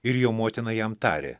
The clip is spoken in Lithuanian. ir jo motina jam tarė